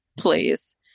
Please